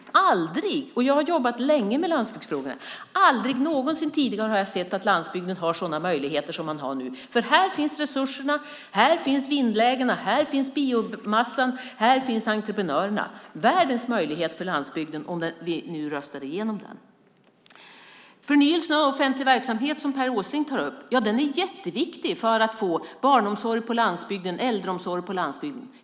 Jag har jobbat länge med landsbygdsfrågorna, och aldrig någonsin tidigare har jag sett att landsbygden har sådana möjligheter som nu. Här finns resurserna, här finns vindlägena, här finns biomassan och här finns entreprenörerna! Det är världens möjlighet för landsbygden om riksdagen nu röstar igenom propositionen. Förnyelsen av offentlig verksamhet, som Per Åsling tar upp, är jätteviktig för att få barnomsorg och äldreomsorg på landsbygden.